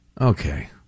Okay